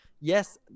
Yes